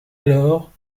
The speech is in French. alors